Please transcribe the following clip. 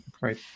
right